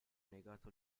negato